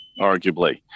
arguably